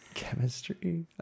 chemistry